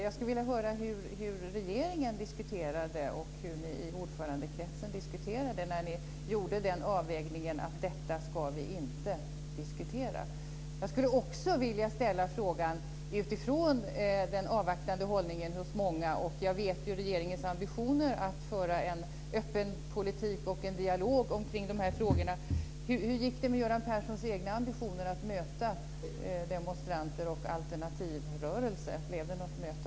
Jag skulle vilja höra hur regeringen diskuterade och hur ni i ordförandekretsen resonerade när ni gjorde den avvägningen att detta inte skulle debatteras. Jag skulle också vilja ställa en fråga utifrån den avvaktande hållning som många visar. Jag känner till regeringens ambitioner att föra en öppen politik och en dialog omkring de här frågorna. Hur gick det med Göran Perssons egna ambitioner att möta demonstranter och företrädare för alternativrörelser? Blev det något möte?